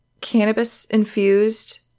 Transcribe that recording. cannabis-infused